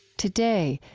today,